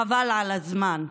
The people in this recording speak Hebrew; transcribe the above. חבל על הזמן.